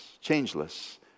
changeless